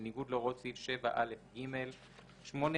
בניגוד להוראות סעיף 7א(ג); ׁ(8א)מייצר,